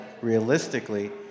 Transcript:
Realistically